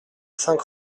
cinq